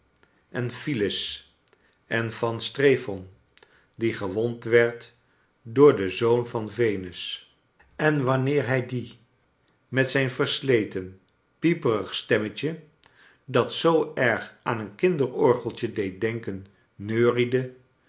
en van phyllis en van strephon die gewond werd door den zoon van venus en wanneer hij die met zijn vers let en pieperig st emmet je dat zoo erg aan een kinder orgeltje deed denken neuriede